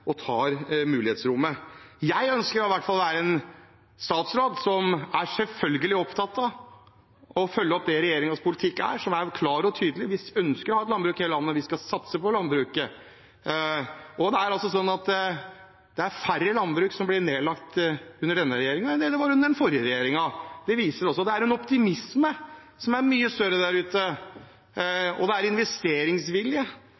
statsråd som selvfølgelig er opptatt av å følge opp det som er regjeringens politikk, som er klar og tydelig: Vi ønsker å ha et landbruk i hele landet, vi skal satse på landbruket. Og det er færre gårdsbruk som blir nedlagt under denne regjeringen enn under den forrige regjeringen. Det viser at det er en mye større optimisme der ute, og det er en investeringsvilje. Det viser vel at det er folk som ønsker å satse, og som